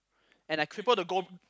and I cripple the gold